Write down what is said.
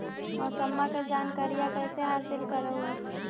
मौसमा के जनकरिया कैसे हासिल कर हू?